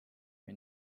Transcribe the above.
või